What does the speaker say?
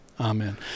amen